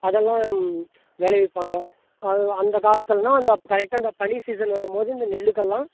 அதெல்லாம் விளைவிப்பாங்க அது அந்த காலத்துலெலாம் அந்த கரெட்டாக அந்த பனி சீசன் வரும் போது இந்த நெல்லுக்கெல்லாம்